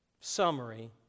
summary